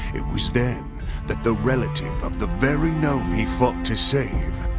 it was then that the relative of the very gnome he fought to save,